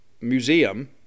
museum